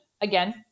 Again